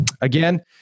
Again